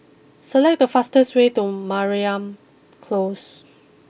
select the fastest way to Mariam close